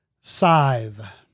Scythe